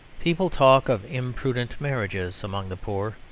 people talk of imprudent marriages among the poor,